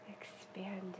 expanding